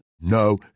No